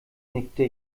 nickte